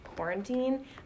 quarantine